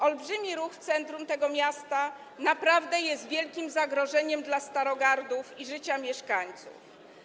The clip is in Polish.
Olbrzymi ruch w centrum tego miasta naprawdę jest wielkim zagrożeniem dla Starogardu, zagrożeniem życia mieszkańców.